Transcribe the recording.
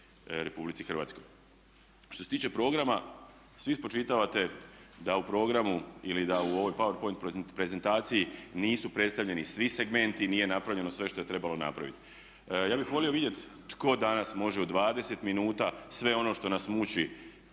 pomoći RH. Što se tiče programa, svi spočitavate da u programu ili da u ovoj power point prezentaciji nisu predstavljeni svi segmenti, nije napravljeno sve što je trebalo napraviti. Ja bih volio vidjeti tko danas može u dvadeset minuta sve ono što nas muči